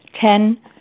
Ten